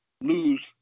lose